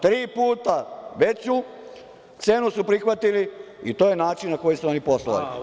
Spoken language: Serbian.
Tri puta veću cenu su prihvatili i to je način na koji su oni poslovali.